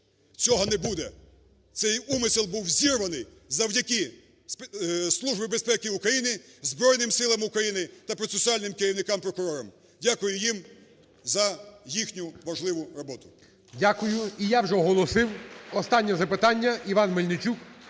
Цього не буде! Цей умисел був зірваний завдяки Службі безпеки України, Збройним Силам України та процесуальним керівникам-прокурорам. Дякую їм за їхню важливу роботу. ГОЛОВУЮЧИЙ. Дякую. І я вже оголосив. Останнє запитання - Іван Мельничук.